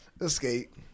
Escape